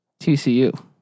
TCU